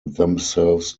themselves